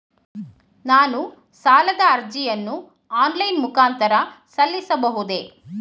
ನಾನು ಸಾಲದ ಅರ್ಜಿಯನ್ನು ಆನ್ಲೈನ್ ಮುಖಾಂತರ ಸಲ್ಲಿಸಬಹುದೇ?